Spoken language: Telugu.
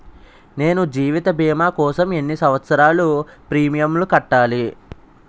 నేను జీవిత భీమా కోసం ఎన్ని సంవత్సారాలు ప్రీమియంలు కట్టాలి?